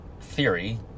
theory